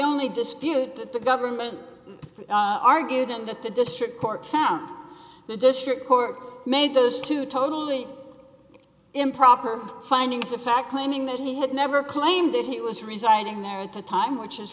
only dispute that the government argued and that the district court found the district court made those two totally improper findings of fact claiming that he had never claimed that he was residing there at the time which is